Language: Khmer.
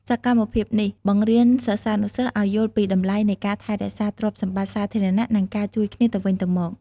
សកម្មភាពនេះបង្រៀនសិស្សានុសិស្សឱ្យយល់ពីតម្លៃនៃការថែរក្សាទ្រព្យសម្បត្តិសាធារណៈ និងការជួយគ្នាទៅវិញទៅមក។